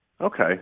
Okay